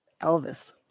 Elvis